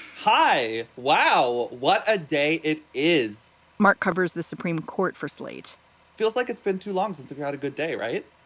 hi wow, what a day it is mark covers the supreme court for slate feels like it's been too long since i've got a good day. right